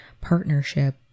partnership